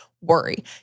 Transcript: worry